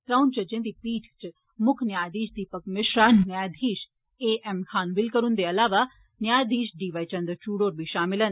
त्रंऊ जजे दी पीठ च मुक्ख न्यायधीश दीपक मिश्रा न्यायधीश ए एम खानविलकर हुन्दे अलावा न्यायधीश डी वाई चन्द्रचूड होर बी शामल न